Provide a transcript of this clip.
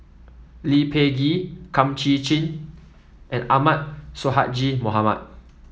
Lee Peh Gee Kum Chee Kin and Ahmad Sonhadji Mohamad